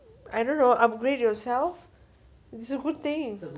I don't know upgrade yourself it's a good thing